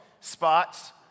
spots